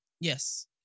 Yes